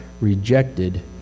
rejected